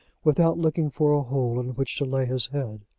without looking for a hole in which to lay his head.